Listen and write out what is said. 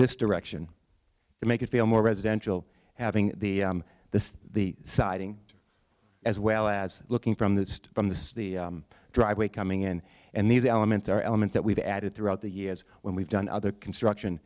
this direction to make it feel more residential having the the siding as well as looking from the from the driveway coming in and these elements are elements that we've added throughout the years when we've done other construction